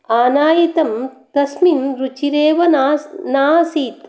आनीतं तस्मिन् रुचिरेव नास् नासीत्